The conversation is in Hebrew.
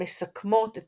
המסכמות את